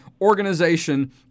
organization